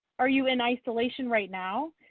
are you in isolation right now?